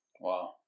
Wow